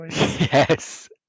Yes